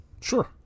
Sure